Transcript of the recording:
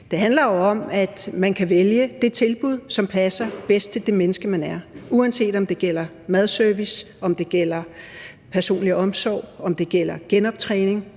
Det handler jo om, at man kan vælge det tilbud, som passer bedst til det menneske, man er. Uanset om det gælder madservice, om det gælder personlig omsorg, om det gælder genoptræning